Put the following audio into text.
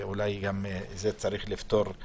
ואולי צריך לפתור גם